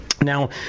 Now